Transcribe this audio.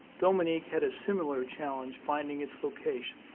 dominique had a similar challenge finding its location.